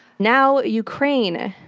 now, ukraine.